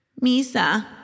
Misa